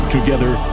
Together